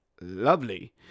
Lovely